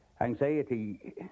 Anxiety